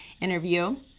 interview